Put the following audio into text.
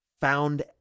found